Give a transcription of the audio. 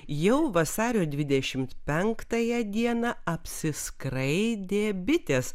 jau vasario dvidešimt penktąją dieną apsiskraidė bitės